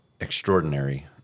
extraordinary